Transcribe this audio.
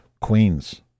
queens